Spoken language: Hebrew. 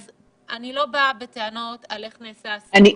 אני לא באה בטענות לגבי איך נעשה הסקר.